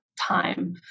time